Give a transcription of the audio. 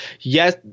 Yes